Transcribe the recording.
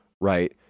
right